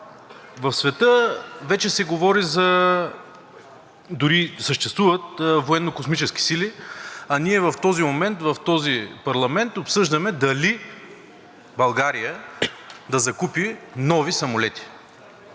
По света вече се говори за, а дори съществуват военно- космически сили, а ние в този момент, в този парламент обсъждаме дали България да закупи нови самолети.